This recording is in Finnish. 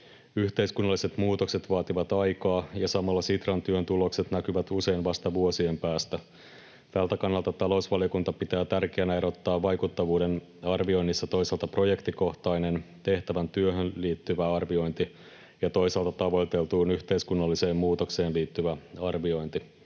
yhteiskunnalliset muutokset vaativat aikaa, ja samalla Sitran työn tulokset näkyvät usein vasta vuosien päästä. Tältä kannalta talousvaliokunta pitää tärkeänä erottaa vaikuttavuuden arvioinnissa toisaalta projektikohtainen, tehtävään työhön liittyvä arviointi ja toisaalta tavoiteltuun yhteiskunnalliseen muutokseen liittyvä arviointi.